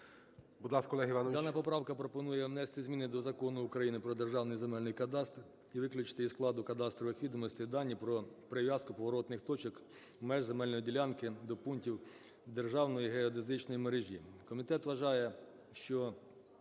Дана поправка пропонує внести зміни до Закону України "Про Державний земельний кадастр" і виключити із складу кадастрових відомостей дані про прив'язку поворотних точок меж земельної ділянки до пунктів державної геодезичної мережі.